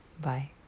Bye